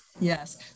Yes